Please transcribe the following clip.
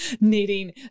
needing